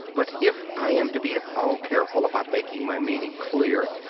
but if i am to be at all careful about making my meaning clear,